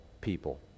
people